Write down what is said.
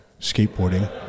skateboarding